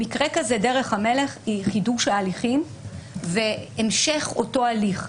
במקרה כזה דרך המלך היא חידוש ההליכים והמשך אותו הליך.